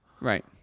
Right